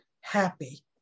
happy